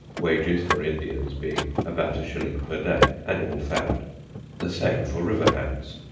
wages for indians being about a shilling per day, and all found the same for river-hands.